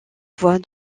voie